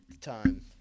time